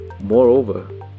Moreover